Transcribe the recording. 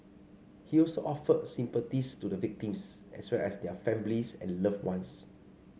he also offered sympathies to the victims as well as their families and loved ones